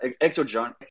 exogenous